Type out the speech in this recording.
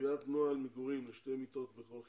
קביעת נוהל מגורים לשתי מיטות בכל חדר,